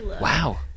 Wow